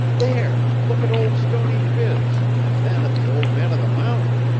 there! look at old stony phiz and then at the old man of the mountain,